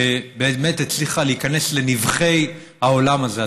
שבאמת הצליחה להיכנס לנבכי העולם הזה,